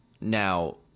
Now